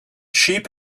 sheep